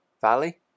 Valley